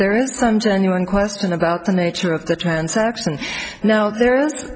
there is some genuine question about the nature of the transaction now there